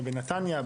בנתניה,